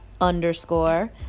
underscore